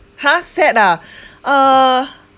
!huh! sad ah uh